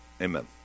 amen